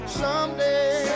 someday